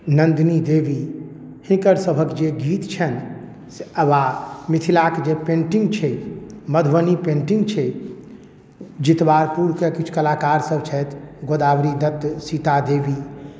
नन्दनी देवी हिनकर सभक जे गीत छनि से वा मिथिलाके जे पेंटिंग छै मधुबनी पेंटिंग छै जितवारपुरके किछु कलाकार सब छथि गोदावरी दत्त सीता देवी